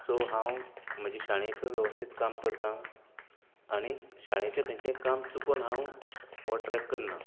so हांव म्हजे शाळेंत वेवस्थीत काम करता आनी शाळेचें खंयचेंय काम चुकोवन हांव हो ट्रेक करना